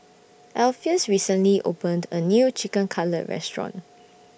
Alpheus recently opened A New Chicken Cutlet Restaurant